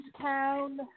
town